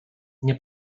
nie